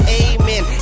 amen